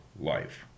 life